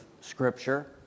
scripture